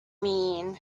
mean